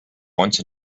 once